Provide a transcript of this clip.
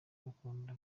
bakunda